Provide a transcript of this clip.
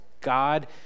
God